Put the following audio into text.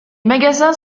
magasins